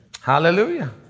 Hallelujah